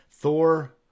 Thor